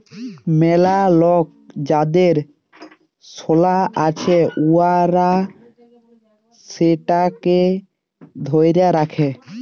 ম্যালা লক যাদের সলা আছে উয়ারা সেটকে ধ্যইরে রাখে